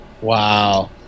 Wow